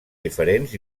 diferents